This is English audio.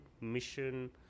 mission